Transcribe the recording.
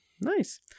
nice